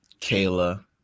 Kayla